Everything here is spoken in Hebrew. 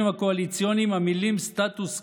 הקואליציוניים המילים "סטטוס קוו",